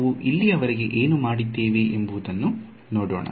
ನಾವು ಇಲ್ಲಿಯವರೆಗೆ ಏನು ಮಾಡಿದ್ದೇವೆ ಎಂಬುದನ್ನು ನೋಡೋಣ